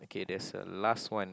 okay there's a last one